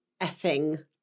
effing